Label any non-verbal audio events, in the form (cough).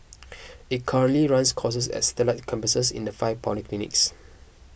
(noise) it currently runs courses at satellite campuses in the five polytechnics